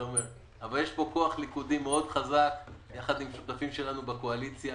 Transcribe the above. אבל יש פה כוח ליכודי מאוד חזק יחד עם השותפים שלנו בקואליציה.